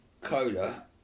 cola